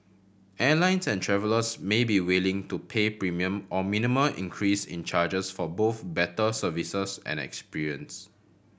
airlines and travellers may be willing to pay premium or minimum increase in charges for both better services and experience